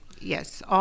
Yes